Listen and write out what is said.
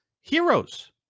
heroes